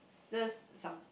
just some